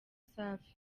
safi